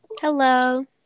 Hello